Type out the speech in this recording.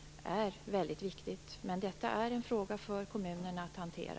Men detta är en fråga för kommunerna att hantera.